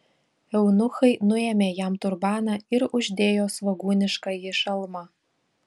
eunuchai nuėmė jam turbaną ir uždėjo svogūniškąjį šalmą